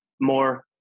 more